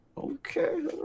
Okay